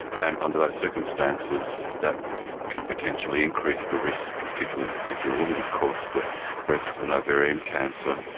and under those circumstances that can potentially increase the risk, particularly if you are a woman of course, for breast and ovarian cancer.